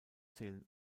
zählen